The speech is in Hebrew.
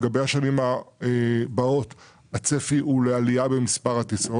לגבי השנים הבאות יש צפי לעלייה במספר הטיסות.